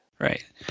Right